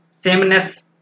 sameness